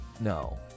No